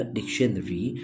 Dictionary